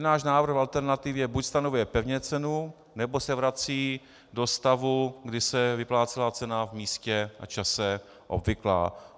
Náš návrh v alternativě buď stanovuje pevně cenu, nebo se vrací do stavu, kdy se vyplácela cena v místě a čase obvyklá.